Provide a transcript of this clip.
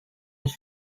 next